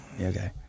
okay